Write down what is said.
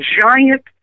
giant